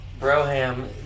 Broham